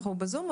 אנחנו בזום?